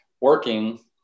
working